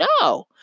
No